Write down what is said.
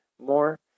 more